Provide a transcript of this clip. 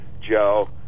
Joe